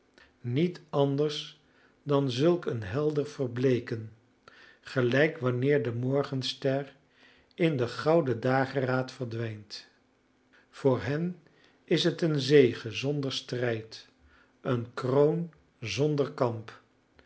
niet anders dan zulk een helder verbleeken gelijk wanneer de morgenster in den gouden dageraad verdwijnt voor hen is het een zege zonder strijd een kroon zonder kamp